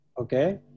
okay